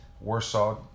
Warsaw